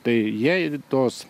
tai jie ir tos